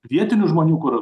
vietinių žmonių kurių